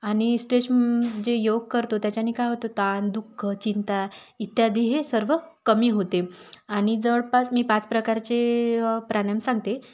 आणि स्ट्रेस जे योग करतो त्याच्याने काय होतं ताण दुःख चिंता इत्यादी हे सर्व कमी होते आणि जवळपास मी पाच प्रकारचे प्राणायाम सांगते